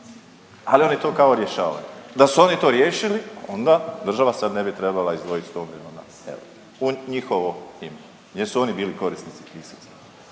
ali oni to kao rješavaju. Da su oni to riješili onda država sad ne bi trebala izdvojit sto miliona eura u njihovo vrijeme jer su bili korisnici …